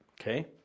Okay